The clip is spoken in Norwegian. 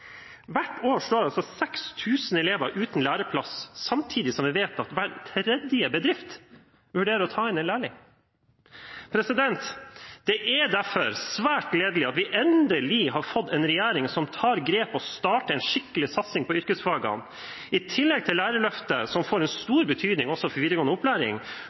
Hvert år står 6 000 elever uten læreplass, samtidig som vi vet at hver tredje bedrift vurderer å ta inn en læring. Det er derfor svært gledelig at vi endelig har fått en regjering som tar grep og starter en skikkelig satsing på yrkesfagene. I tillegg til lærerløftet, som får stor betydning også for videregående opplæring,